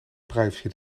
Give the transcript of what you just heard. privacy